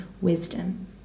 wisdom